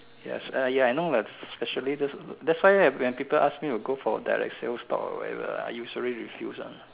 yes uh ya I know lah especially those that's why when people ask me to go for direct sales talk or whatever I usually refuse one